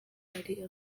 ari